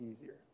easier